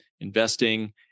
investing